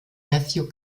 matthew